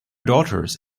daughters